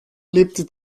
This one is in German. lebte